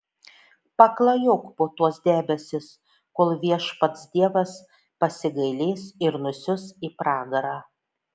paklajok po tuos debesis kol viešpats dievas pasigailės ir nusiųs į pragarą